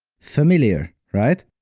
familiar, right?